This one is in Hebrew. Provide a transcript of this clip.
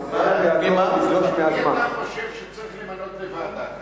מי אתה חושב שצריך למנות לוועדה כזו?